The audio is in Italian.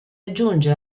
aggiunge